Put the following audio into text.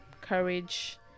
courage